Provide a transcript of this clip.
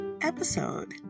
episode